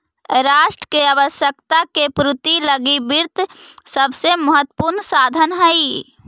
राष्ट्र के आवश्यकता के पूर्ति लगी वित्त सबसे महत्वपूर्ण साधन हइ